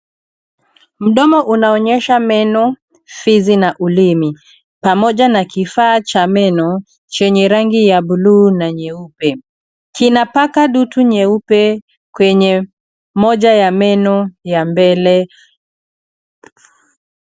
Mdomo unaonyesha meno, ufizi na ulimi pamoja na kifaa cha meno chenye rangi ya buluu na nyeupe. Kinapaka dutu nyrupr kwenye moja ya meno ya mbele.